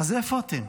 אז איפה אתם?